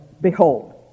behold